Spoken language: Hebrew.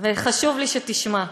חשוב לי שתשמע,